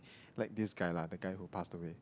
like this guy lah the guy who passed away